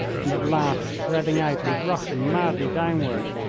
and at last shredding out and rushing madly downward.